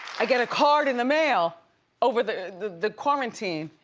i get a card in the mail over the the quarantine,